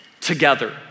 together